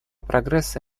прогресса